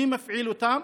מי מפעיל אותן,